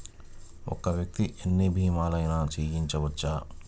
ఒక్క వ్యక్తి ఎన్ని భీమలయినా చేయవచ్చా?